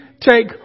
take